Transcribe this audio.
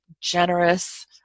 generous